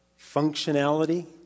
functionality